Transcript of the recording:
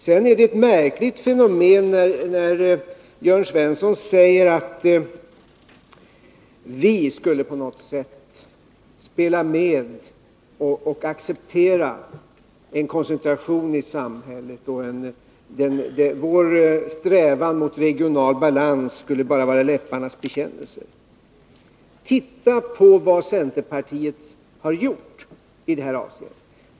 Sedan är det ett märkligt fenomen när Jörn Svensson säger att vi i centerpartiet på något sätt skulle spela med och acceptera en koncentration i samhället, att vår strävan mot regional balans bara skulle vara läpparnas bekännelse. Titta på vad centerpartiet har gjort i det här avseendet!